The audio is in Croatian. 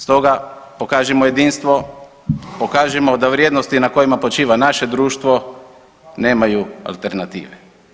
Stoga pokažimo jedinstvo, pokažimo da vrijednosti na kojima počiva naše društvo nemaju alternative.